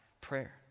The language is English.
prayer